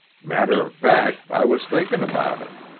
matter of fact, i was thinking about it.